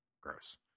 Gross